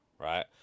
right